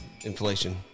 Inflation